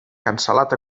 cancel·lat